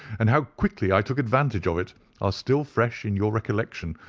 and how quickly i took advantage of it, are still fresh in your recollection.